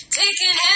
taking